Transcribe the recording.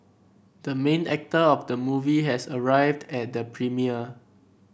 the main actor of the movie has arrived at the premiere